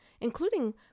including